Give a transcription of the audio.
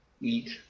eat